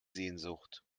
sehnsucht